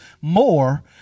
More